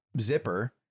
Zipper